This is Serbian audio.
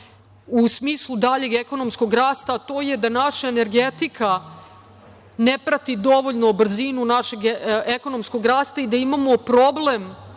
u smislu daljeg ekonomskog rasta, a to je da naša energetika ne prati dovoljno brzinu našeg ekonomskog rasta i da imamo problem